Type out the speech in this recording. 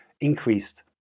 increased